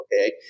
okay